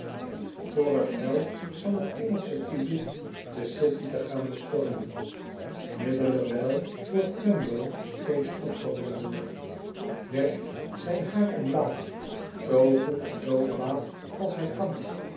voor het heil van het engelsche publiek de city te gaan bestormen middelerwijl wordt twemlow steeds opgewondener werkt zijn haar omlaag zoo goed en zoo kwaad als hij kan